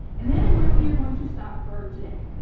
and that is where we are going to stop for today.